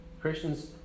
Christians